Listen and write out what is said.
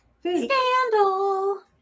Scandal